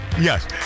Yes